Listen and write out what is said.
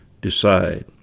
decide